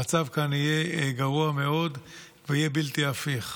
המצב כאן יהיה גרוע מאוד ויהיה בלתי הפיך.